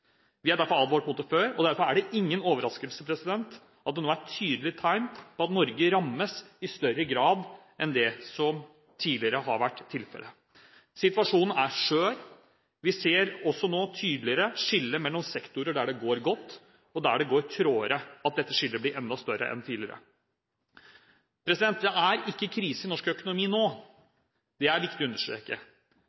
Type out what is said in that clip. Vi har advart mot det før, og derfor er det ingen overraskelse at det nå er tydelige tegn på at Norge rammes i større grad enn hva som tidligere har vært tilfellet. Situasjonen er skjør. Vi ser også nå tydeligere skillet mellom sektorer der det går godt, og der det går tråere. Dette skillet blir enda større enn tidligere. Det er ikke krise i norsk økonomi nå